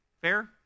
Fair